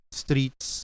streets